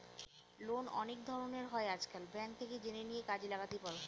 loan অনেক ধরনের হয় আজকাল, ব্যাঙ্ক থেকে জেনে নিয়ে কাজে লাগাতেই পারো